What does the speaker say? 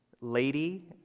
lady